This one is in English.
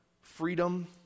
freedom